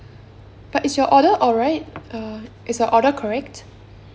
but is your order alright uh is your order correct